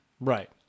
Right